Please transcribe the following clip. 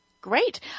Great